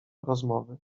rozmowy